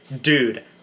dude